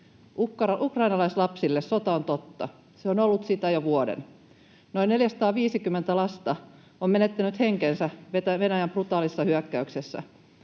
Ukrainalaislapsille sota on totta, se on ollut sitä jo vuoden. Noin 450 lasta on menettänyt henkensä Venäjän brutaalissa hyökkäyksessä.